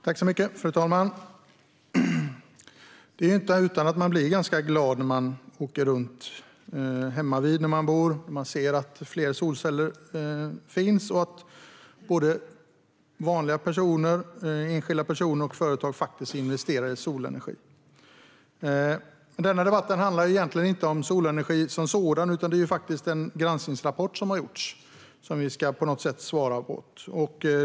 Fru talman! Det är inte utan att man blir ganska glad när man åker runt hemmavid, där man bor, och ser att fler solceller finns och att både enskilda personer och företag investerar i solenergi. Denna debatt handlar egentligen inte om solenergi som sådan, utan det är den granskningsrapport som har gjorts som vi på något sätt ska svara på.